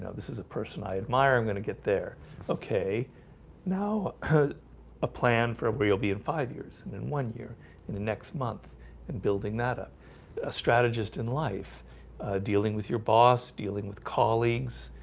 this is a person i admire i'm gonna get there okay now a plan for where you'll be in five years and then one year in the next month and building that up ah strategist in life dealing with your boss dealing with colleagues